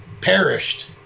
perished